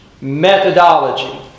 methodology